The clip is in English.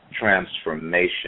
Transformation